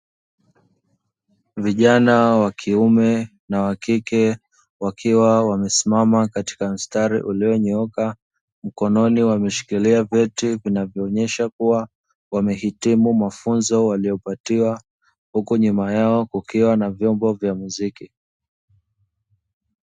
Vijana wakiume na wakike wakiwa wamesimama karika mstari ulio nyooka, mkononi wameshikilia vyeti vinavyo onyesha kua wamehitimu mafunzo waliyo patiwa, huku nyuma yao kukiwa na vyombo vya muziki.